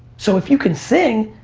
so if you can sing,